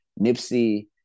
Nipsey